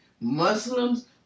Muslims